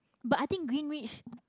but i think greenwich